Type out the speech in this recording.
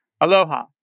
Aloha